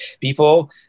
people